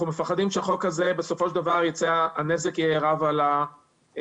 אנחנו מפחדים שבחוק הזה בסופו של דבר הנזק יהיה רב על התועלת,